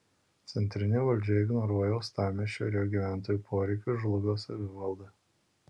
centrinė valdžia ignoruoja uostamiesčio ir jo gyventojų poreikius žlugdo savivaldą